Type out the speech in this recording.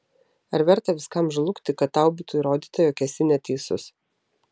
ar verta viskam žlugti kad tau būtų įrodyta jog esi neteisus